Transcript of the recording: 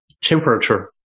temperature